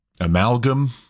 amalgam